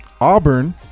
Auburn